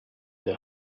der